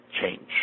change